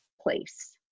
place